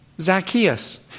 Zacchaeus